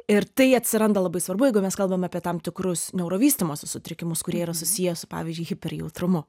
ir tai atsiranda labai svarbu jeigu mes kalbam apie tam tikrus neurovystymosi sutrikimus kurie yra susiję su pavyzdžiui hiperjautrumu